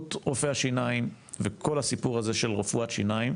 הסתדרות רופאי השיניים וכל הסיפור של רפואת שיניים